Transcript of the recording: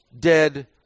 dead